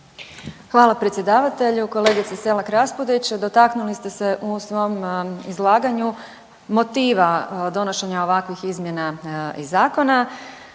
Hvala predsjedavatelju. Kolegice Selak Raspudić dotaknuli ste se u svom izlaganju motiva donošenja ovakvih izmjena zakona